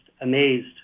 amazed